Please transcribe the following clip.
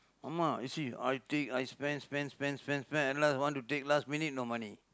ஆமா:aamaa you see I take I spend spend spend spend spend at last want to take last minute no money